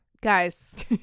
Guys